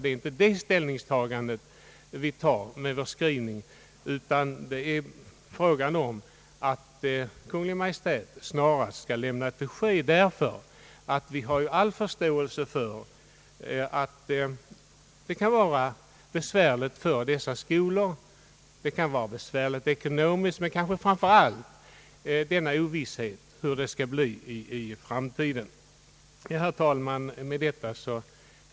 Det är inte det vi tar ställning till med vår skrivning, utan det är frågan om att Kungl. Maj:t snarast skall lämna ett besked, därför att vi har all förståelse för att det kan vara besvärligt för dessa skolor. Det kan vara besvärligt ekonomiskt, men svårast är kanske ovissheten om hur det skall bli i framtiden. Herr talman! Men det anförda yrkar jag bifall till utskottets hemställan.